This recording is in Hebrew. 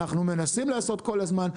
אנחנו מנסים לעשות כל הזמן.